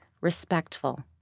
respectful